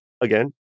Again